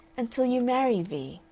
until you marry, vee,